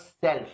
self